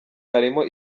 harimo